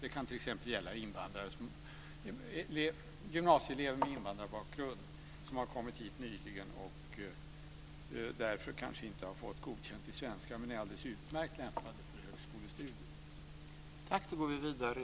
Det kan t.ex. gälla gymnasieelever med invandrarbakgrund som har kommit hit nyligen och därför kanske inte har fått godkänt i svenska men är alldeles utmärkt lämpade för högskolestudier.